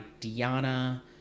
Diana